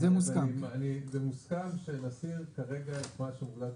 זה מוסכם שנסיר כרגע את מה שהוחלט,